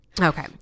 okay